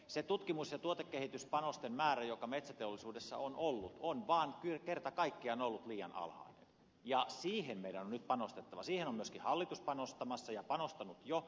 se tutkimus ja tuotekehityspanosten määrä joka metsäteollisuudessa on ollut on vaan kerta kaikkiaan ollut liian alhainen ja siihen meidän on nyt panostettava siihen on myöskin hallitus panostamassa ja panostanut jo